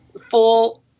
full –